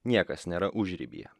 niekas nėra užribyje